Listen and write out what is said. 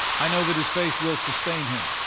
i know that his faith will sustain him,